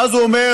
ואז הוא אומר: